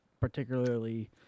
particularly